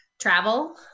travel